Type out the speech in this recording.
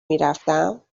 میرفتم